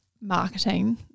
marketing